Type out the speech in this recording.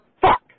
Fuck